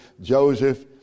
Joseph